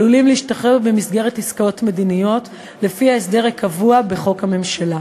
עלולים להשתחרר במסגרת עסקאות מדיניות לפי ההסדר הקבוע בחוק הממשלה.